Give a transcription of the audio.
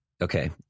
Okay